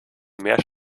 mehr